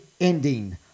ending